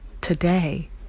today